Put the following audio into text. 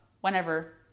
whenever